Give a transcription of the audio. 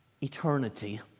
Eternity